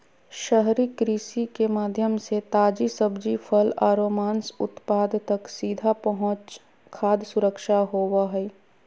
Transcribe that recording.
शहरी कृषि के माध्यम से ताजी सब्जि, फल आरो मांस उत्पाद तक सीधा पहुंच खाद्य सुरक्षा होव हई